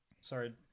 Sorry